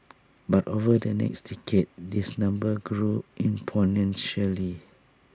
but over the next decade this number grew exponentially